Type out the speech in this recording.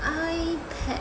Ipad